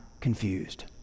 confused